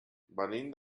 venim